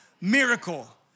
miracle